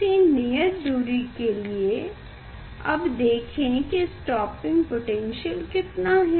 किसी नियत दूरी के लिए अब देखें की स्टॉपिंग पोटैन्श्यल कितना है